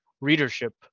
readership